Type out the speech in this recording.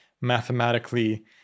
mathematically